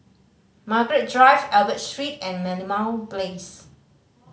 Margaret Drive Albert Street and Merlimau Place